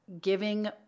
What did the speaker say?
giving